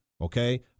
Okay